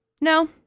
No